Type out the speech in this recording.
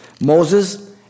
Moses